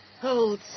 Hold